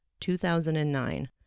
2009